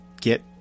get